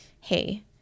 hey